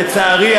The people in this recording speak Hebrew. לצערי,